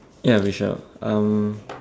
ya we shall um